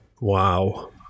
wow